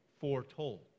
foretold